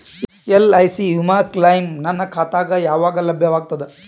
LIC ವಿಮಾ claim ನನ್ನ ಖಾತಾಗ ಯಾವಾಗ ಲಭ್ಯವಾಗತದ?